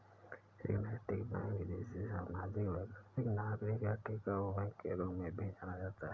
एक नैतिक बैंक जिसे सामाजिक वैकल्पिक नागरिक या टिकाऊ बैंक के रूप में भी जाना जाता है